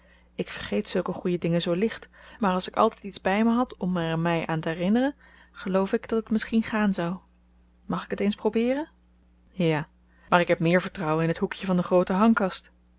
ik vergeet zulke goeie dingen zoo licht maar als ik altijd iets bij me had om er mij aan te herinneren geloof ik dat het misschien gaan zou mag ik het eens probeeren ja maar ik heb meer vertrouwen in het hoekje van de groote